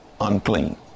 unclean